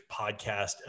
podcast